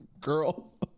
Girl